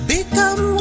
Become